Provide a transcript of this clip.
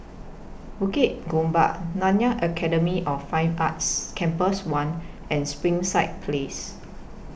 Bukit Gombak Nanyang Academy of Fine Arts Campus one and Springside Place